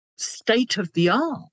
state-of-the-art